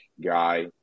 guy